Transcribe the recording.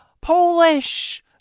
Polish